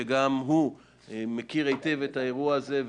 שגם הוא מכיר היטב את האירוע הזה,